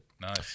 Nice